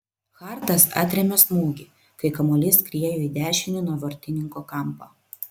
hartas atrėmė smūgį kai kamuolys skriejo į dešinį nuo vartininko kampą